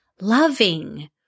loving